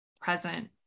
present